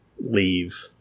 leave